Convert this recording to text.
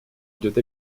идет